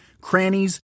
crannies